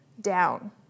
down